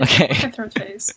okay